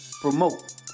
promote